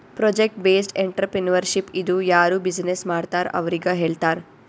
project based entrepreneurship ಇದು ಯಾರು business ಮಾಡ್ತಾರ್ ಅವ್ರಿಗ ಹೇಳ್ತಾರ್